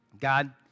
God